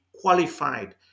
qualified